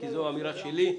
כי זו אמירה שלי: